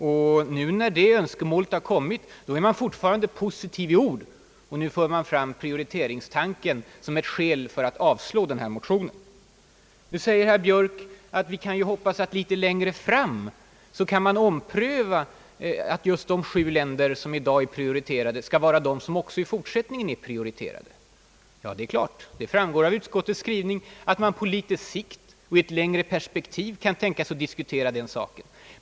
Nu när vi vet att detta önskemål är framställt är man fortfarande positiv i ord, men för i stället fram prioritetstanken såsom ett skäl för att avslå den aktuella motionen. Nu hänvisar herr Björk till att man längre fram kan ompröva den inställningen och utvidga stödet att omfatta flera än just de sju länder som nu är prioriterade. Ja, det framgår ju av utskottsmajoritetens skrivning att man på sikt och i ett längre perspektiv kan tänka sig att överväga den saken.